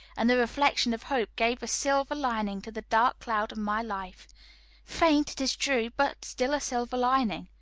and the reflection of hope gave a silver lining to the dark cloud of my life faint, it is true, but still a silver lining.